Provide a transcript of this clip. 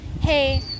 Hey